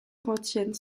retiennent